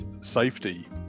safety